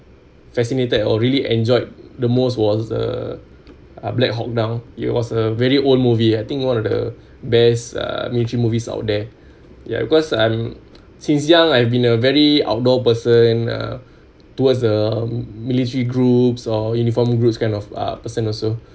fascinated or really enjoyed the most was the ah black hawk down it was a very old movie I think one of the best uh military movies out there ya because I'm since young I have been a very outdoor person uh towards the military groups or uniform group kind of a person also